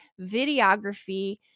videography